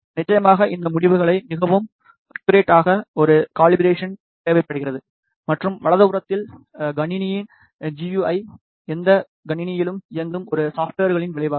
நிச்சயமாக இந்த முடிவுகளை மிகவும் அக்குரேட் ஆக்க ஒரு கலிபரேசன் தேவைப்படுகிறது மற்றும் வலதுபுறத்தில் கணினியின் ஜி யு ஐ எந்த கணினியிலும் இயங்கும் ஒரு சாப்ட்வேர்களின் விளைவாகும்